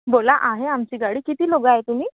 बोला आहे आमची गाडी किती लोकं आहे तुम्ही